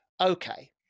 okay